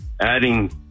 adding